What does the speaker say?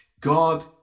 God